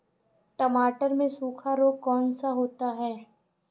टमाटर में सूखा रोग कौन सा होता है?